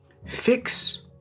Fix